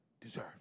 deserve